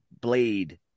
Blade